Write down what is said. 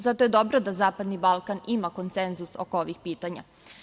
Zato je dobro da Zapadni Balkan ima konsenzus oko ovih pitanja.